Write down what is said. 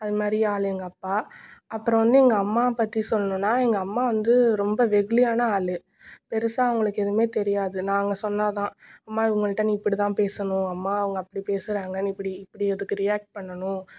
அது மாதிரி ஆள் எங்கள் அப்பா அப்புறோம் வந்து எங்கள் அம்மா பற்றி சொல்லணுனா எங்கள் அம்மா வந்து ரொம்ப வெகுளியான ஆள் பெரிசா அவங்களுக்கு எதுவுமே தெரியாது நாங்கள் சொன்னால் தான் அம்மா இவங்கள்ட நீ இப்படி தான் பேசணும் அம்மா அவங்க அப்படி பேசுகிறாங்க நீ இப்படி இப்படி இதுக்கு ரீயாக்ட் பண்ணணும்